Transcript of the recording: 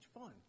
fun